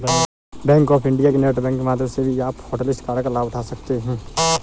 bank of India के net banking माध्यम से भी आप हॉटलिस्ट कार्ड का लाभ उठा सकते हैं